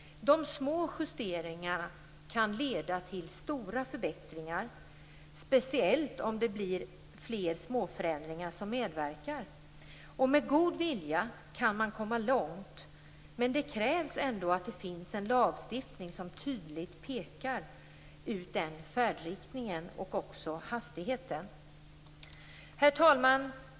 De små justeringarna kan leda till stora förbättringar, speciellt om flera små förändringar medverkar. Med god vilja kan man komma långt, men det krävs ändå en lagstiftning som tydligt pekar ut såväl färdriktningen som hastigheten. Herr talman!